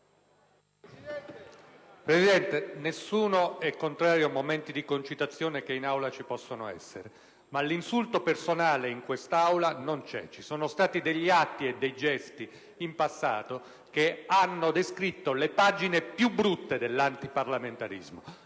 Presidente, nessuno è contrario a momenti di concitazione, che in Aula ci possono essere. Ma l'insulto personale in quest'Aula non c'è. Ci sono stati degli atti e dei gesti in passato che hanno descritto le pagine più brutte dell'antiparlamentarismo;